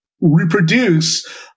reproduce